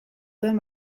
zuen